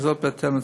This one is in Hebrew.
ובזה אנחנו דנים,